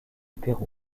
pérou